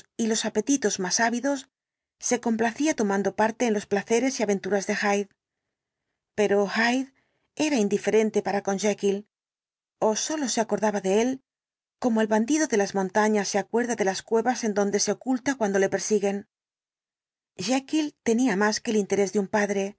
y los apetitos más ávidos se complacía tomando parte en los placeres y aventuras de hyde pero hyde era indiferente para con jekyll ó sólo se acordaba de él como el bandido de las montañas se acuerda de las cuevas en donde se oculta cuando lo persiguen jekyll tenía más que el interés de un padre